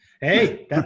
Hey